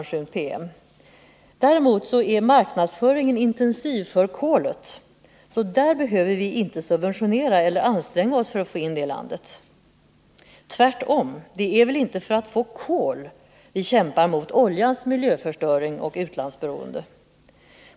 Däremot är marknadsföringen intensiv för kolet, så för att få in det i landet behöver vi inte subventionera eller anstränga oss. Tvärtom, det är väl inte för att få kol som vi kämpar mot oljans miljöförstöring och utlandsberoende.